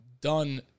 done